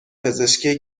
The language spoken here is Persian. پزشکی